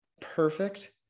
Perfect